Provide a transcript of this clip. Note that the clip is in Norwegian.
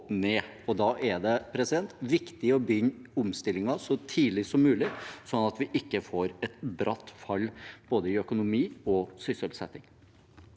ned. Da er det viktig å begynne omstillingen så tidlig som mulig, sånn at vi ikke får et bratt fall i både økonomi og sysselsetting.